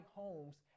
homes